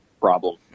problem